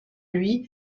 lui